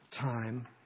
time